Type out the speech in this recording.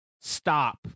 stop